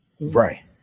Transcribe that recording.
Right